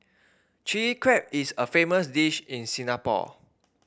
Chilli Crab is a famous dish in Singapore